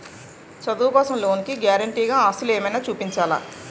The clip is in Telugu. చదువు కోసం లోన్ కి గారంటే గా ఆస్తులు ఏమైనా చూపించాలా?